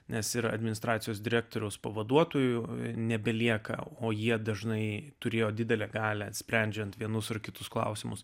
nes ir administracijos direktoriaus pavaduotojų nebelieka o jie dažnai turėjo didelę galią sprendžiant vienus ar kitus klausimus